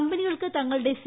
കമ്പനികൾക്ക് തങ്ങളുടെ സി